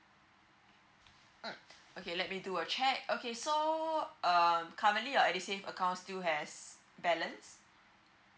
mm okay let me do a check okay so um currently your edusave account still has balance